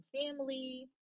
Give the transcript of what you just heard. family